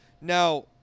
Now